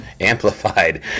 amplified